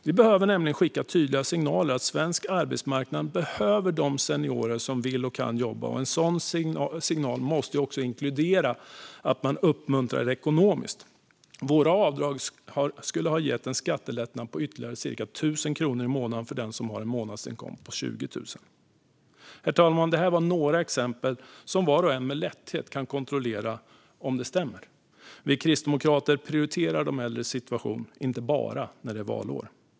Vi behöver nämligen skicka tydliga signaler om att svensk arbetsmarknad behöver de seniorer som vill och kan jobba, och en sådan signal måste också inkludera en ekonomisk uppmuntran. Våra avdrag skulle ge en skattelättnad på ytterligare cirka 1 000 kronor i månaden för den som har en månadsinkomst på 20 000 kronor. Herr talman! Detta var några exempel som var och en med lätthet kan kontrollera att de stämmer. Vi kristdemokrater prioriterar de äldres situation, inte bara när det är valår.